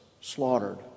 slaughtered